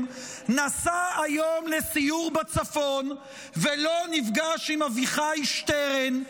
נסע היום לסיוע בצפון ולא נפגש עם אביחי שטרן,